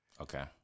Okay